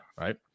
Right